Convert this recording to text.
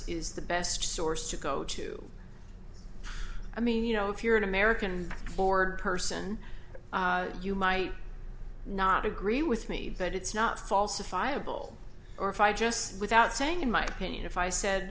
is the best source to go to i mean you know if you're an american board person you might not agree with me but it's not falsifiable or if i just without saying in my opinion if i said